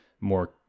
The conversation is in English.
more